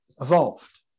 evolved